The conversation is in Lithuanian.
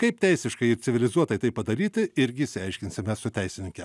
kaip teisiškai ir civilizuotai tai padaryti irgi išsiaiškinsime su teisininke